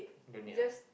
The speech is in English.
don't need ah